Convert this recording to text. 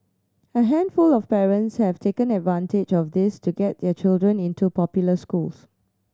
a handful of parents have taken advantage of this to get their children into popular schools